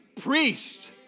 priests